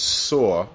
saw